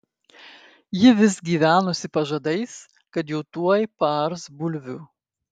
ji vis gyvenusi pažadais kad jau tuoj paars bulvių